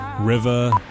River